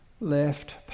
left